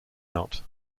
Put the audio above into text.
out